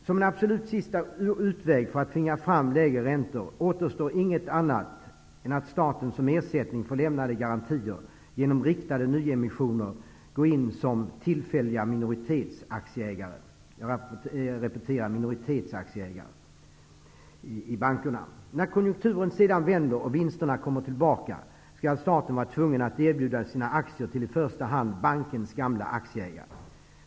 Som en absolut sista utväg för att tvinga fram lägre räntor återstår inget annat än att staten som ersättning får garantier och genom riktade nyemissioner går in som tillfällig minoritetsaktieägare i bankerna. När konjunkturen sedan vänder och vinsterna kommer tillbaka skall staten vara tvungen att erbjuda sina aktier till i första hand bankens gamla aktieägare.